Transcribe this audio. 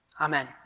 Amen